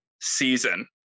season